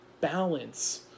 balance